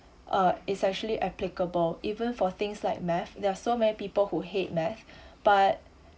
uh essentially applicable even for things like math there are so many people who hate math but